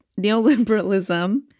neoliberalism